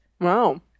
Wow